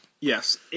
Yes